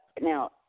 Now